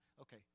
Okay